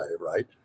Right